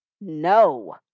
no